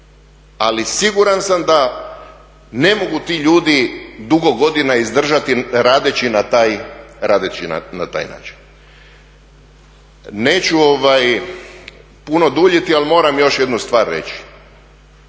ali siguran sam da ne mogu ti ljudi dugo godina izdržati radeći na taj način. Neću puno duljiti, ali moram još jednu stvar reći.